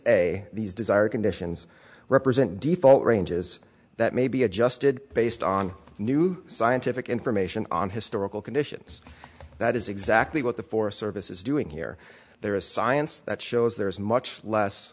a these desired conditions represent default ranges that may be adjusted based on new scientific information on historical conditions that is exactly what the forest service is doing here there is science that shows there is much less